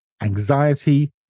anxiety